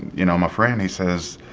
you know, my friend, he says,